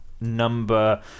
Number